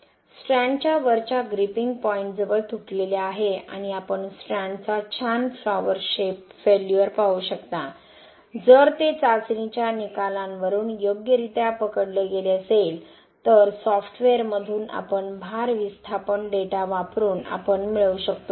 स्ट्रँडच्या वरच्या ग्रिपिंग पॉईंटजवळ तुटलेले आहे आणि आपण स्ट्रँडचा छान फ्लॉवर शेप फेल्युअर पाहू शकता जर ते चाचणीच्या निकालांवरून योग्यरित्या पकडले गेले असेल तर सॉफ्टवेअरमधून आपण भार विस्थापन डेटा वापरून आपण मिळवू शकतो